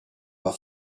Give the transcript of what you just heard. war